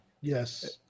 Yes